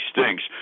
stinks